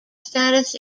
status